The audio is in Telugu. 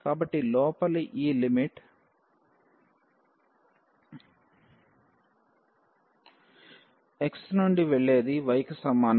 కాబట్టి లోపలి ఈ లిమిట్ x నుండి వెళ్ళేది y కి సమానం